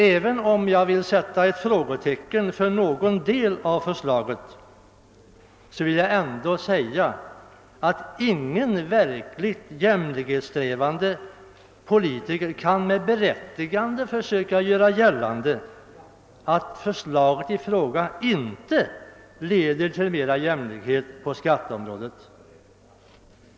även om jag skulle vilja sätta ett frågetecken för någon del av förslaget, måste jag säga att ingen verkligt jämlikhetssträvande politiker med berättigande kan göra gällande att förslaget inte leder till större jämlikhet på skatteområdet.